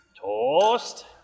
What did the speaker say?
Toast